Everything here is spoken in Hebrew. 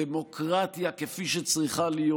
דמוקרטיה כפי שצריכה להיות,